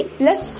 plus